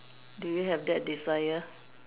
do you have that desire